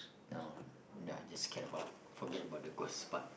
no just scare about forget about the ghost part